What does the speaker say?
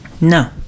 No